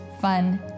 fun